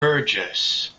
burgess